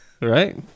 Right